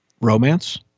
Romance